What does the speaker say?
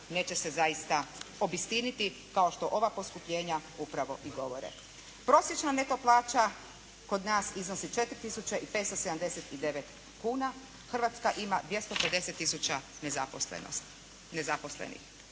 neće se zaista obistiniti kao što ova poskupljenja upravo i govore. Prosječna neto plaća kod nas iznosi 4 tisuće i 579 kuna. Hrvatska ima 250 tisuća nezaposlenost,